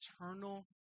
eternal